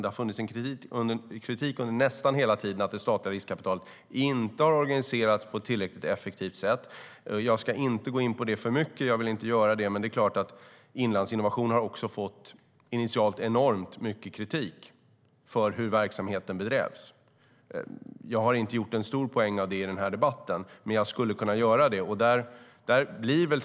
Det har nästan hela tiden funnits kritik för att det statliga riskkapitalet inte har organiserats på ett tillräckligt effektivt sätt. Jag vill inte gå in på det för mycket, men det är klart att Inlandsinnovation initialt har fått enormt mycket kritik för hur verksamheten bedrevs. Jag har inte gjort någon stor poäng av det i den här debatten, men jag skulle kunna göra det.